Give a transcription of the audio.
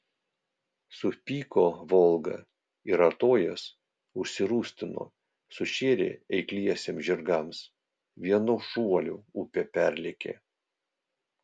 supyko volga ir artojas užsirūstino sušėrė eikliesiems žirgams vienu šuoliu upę perlėkė